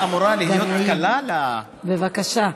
חבר הכנסת גנאים, בבקשה.